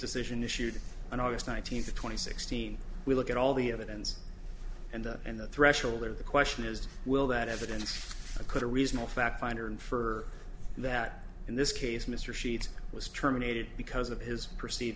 decision issued on august nineteenth twenty sixteen we look at all the evidence and and the threshold of the question is will that evidence or could a reasonable fact finder infer that in this case mr sheets was terminated because of his perceive